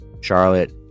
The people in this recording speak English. Charlotte